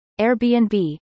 Airbnb